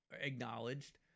acknowledged